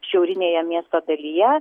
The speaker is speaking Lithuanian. šiaurinėje miesto dalyje